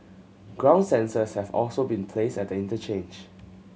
ground sensors have also been placed at the interchange